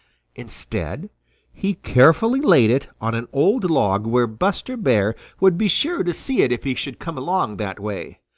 instead he carefully laid it on an old log where buster bear would be sure to see it if he should come along that way.